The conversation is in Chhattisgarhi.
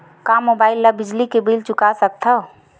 का मुबाइल ले बिजली के बिल चुका सकथव?